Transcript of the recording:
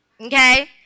Okay